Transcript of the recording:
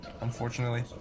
unfortunately